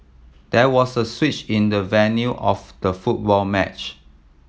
there was a switch in the venue of the football match